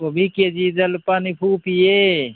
ꯀꯣꯕꯤ ꯀꯦ ꯖꯤꯗ ꯂꯨꯄꯥ ꯅꯤꯐꯨ ꯄꯤꯌꯦ